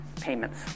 payments